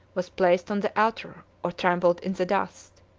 was placed on the altar, or trampled in the dust.